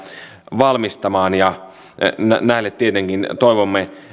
valmistamaan näille tietenkin toivomme